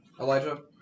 Elijah